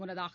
முன்னதாக